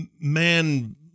man